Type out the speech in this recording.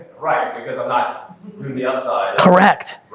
right, because i'm not through the upside. correct.